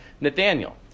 Nathaniel